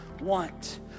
want